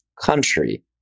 country